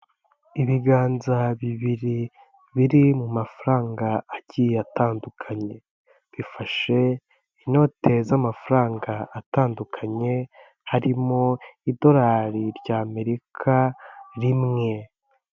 Ibiganza bibiri biri mu mafaranga agiye atandukanye bifashe inote z'amafaranga atandukanye, harimo idorari ry'Amerika rimwe.